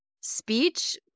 speech